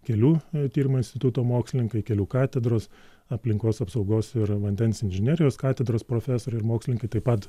kelių tyrimo instituto mokslininkai kelių katedros aplinkos apsaugos ir vandens inžinerijos katedros profesoriai ir mokslininkai taip pat